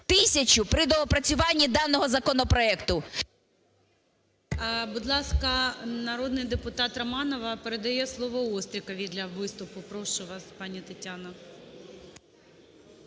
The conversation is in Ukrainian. тисячу при доопрацюванні даного законопроекту.